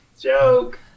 joke